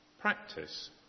Practice